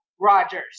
Rogers